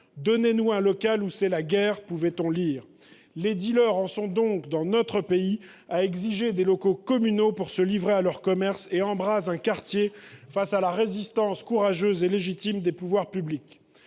« Donnez nous un local, ou c’est la guerre !», pouvait on lire. Dans notre pays, les dealers en sont donc à exiger des locaux communaux pour se livrer à leur commerce et embraser un quartier face à la résistance courageuse et légitime des pouvoirs publics.